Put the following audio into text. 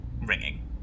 ringing